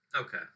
Okay